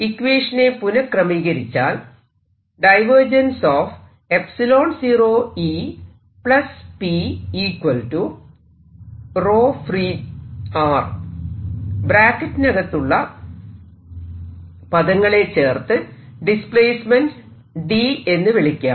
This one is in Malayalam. ഇക്വേഷനെ പുനക്രമീകരിച്ചാൽ ബ്രാക്കറ്റിനകത്തുള്ള പദങ്ങളെ ചേർത്ത് ഡിസ്പ്ലേസ്മെന്റ് D എന്ന് വിളിക്കാം